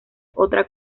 otra